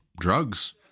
drugs